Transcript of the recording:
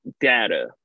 data